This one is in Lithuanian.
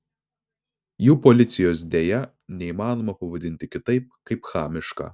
jų policijos deja neįmanoma pavadinti kitaip kaip chamiška